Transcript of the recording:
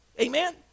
Amen